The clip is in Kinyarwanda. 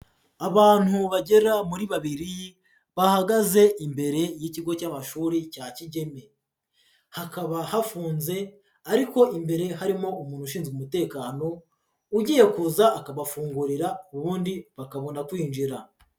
Abantu bagera muri babiri, bahagaze imbere y'ikigo cy'amashuri cya Kigeme, hakaba hafunze, ariko imbere harimo umuntu ushinzwe umutekano, ugiye kuza akabafungurira ubundi bakabona kwinjira.